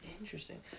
Interesting